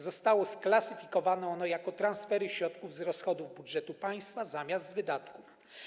Zostało ono sklasyfikowane jako transfery środków z rozchodów budżetu państwa zamiast wydatków.